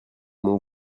mon